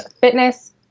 fitness